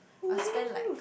!whoo!